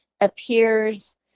appears